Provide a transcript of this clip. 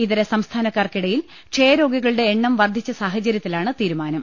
ഇതരസംസ്ഥാനക്കാർക്കി ടയിൽ ക്ഷയരോഗികളുടെ എണ്ണം വർദ്ധിച്ച സാഹചര്യത്തിലാണ് തീരുമാനം